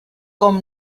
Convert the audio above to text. com